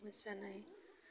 मोसानाय